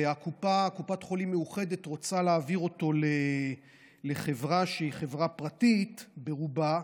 וקופת חולים מאוחדת רוצה להעביר אותו לחברה שהיא חברה פרטית ברובה,